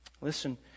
listen